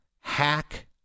hack